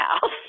house